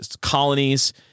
colonies